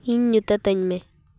ᱤᱧ ᱧᱩᱛᱟᱹᱛᱟᱹᱧ ᱢᱮ